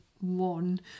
one